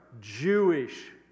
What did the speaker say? Jewish